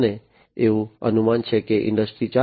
અને એવું અનુમાન છે કે ઇન્ડસ્ટ્રી 4